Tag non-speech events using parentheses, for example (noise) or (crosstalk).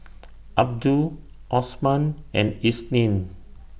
(noise) Abdul Osman and Isnin